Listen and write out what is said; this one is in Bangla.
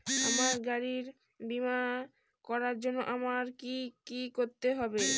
আমার গাড়ির বীমা করার জন্য আমায় কি কী করতে হবে?